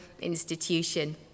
institution